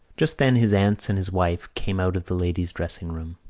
just then his aunts and his wife came out of the ladies' dressing-room.